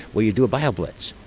well, you do a bio blitz,